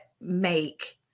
make